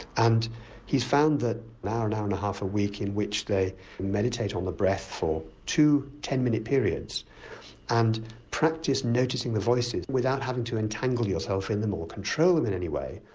and he's found that an hour, an hour and a half a week in which they meditate on the breath for two ten-minute periods and practise noticing the voices without having to entangle yourself in them, or control them in any way,